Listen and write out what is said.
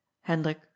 Hendrik